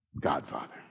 Godfather